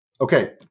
okay